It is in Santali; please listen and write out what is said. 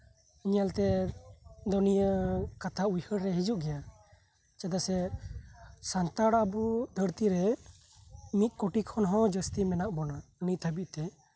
ᱤᱧᱟᱹᱜ ᱧᱮᱞᱛᱮ ᱫᱩᱱᱭᱟᱹ ᱨᱮᱱᱟᱜ ᱠᱟᱛᱷᱟ ᱦᱤᱡᱩᱜ ᱜᱮᱭᱟ ᱥᱟᱱᱛᱟᱲ ᱟᱵᱚ ᱫᱷᱟᱹᱨᱛᱤᱨᱮ ᱢᱤᱫ ᱠᱳᱴᱤ ᱠᱷᱚᱱ ᱦᱚᱸ ᱡᱟᱹᱥᱛᱤ ᱢᱮᱱᱟᱜ ᱵᱚᱱᱟ ᱱᱤᱛ ᱫᱷᱟᱹᱵᱤᱡᱛᱮ